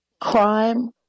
crime